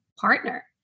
partner